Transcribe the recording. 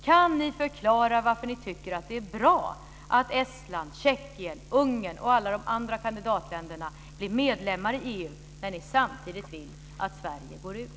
Kan ni förklara varför ni tycker att det är bra att Estland, Tjeckien, Ungern och alla de andra kandidatländerna blir medlemmar i EU när ni samtidigt vill att Sverige går ur?